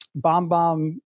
BombBomb